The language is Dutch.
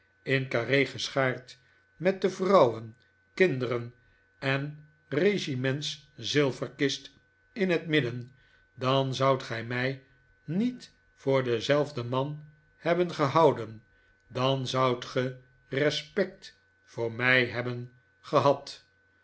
carre geschaard met de vrouwen kinderen en regimentszilverkist in het midden dan zoudt gij mij niet voor denzelfden man hebben gehouden dan zoudt ge respect voor mij hebben gehad